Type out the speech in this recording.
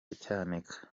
cyanika